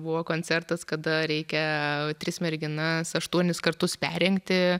buvo koncertas kada reikia tris merginas aštuonis kartus perrengti